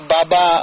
Baba